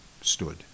stood